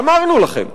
אמרנו לכם.